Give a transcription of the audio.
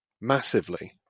massively